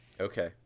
Okay